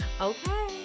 okay